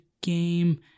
game